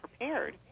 prepared